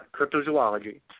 Cryptozoology